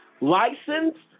licensed